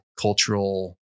cultural